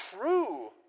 true